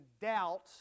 doubt